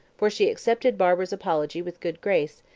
for she accepted barbara's apology with good grace,